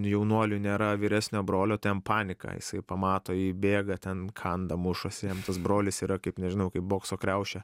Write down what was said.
jaunuoliui nėra vyresnio brolio ten panika jisai pamato jį bėga ten kanda mušasi jam tas brolis yra kaip nežinau kaip bokso kriaušė